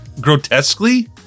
grotesquely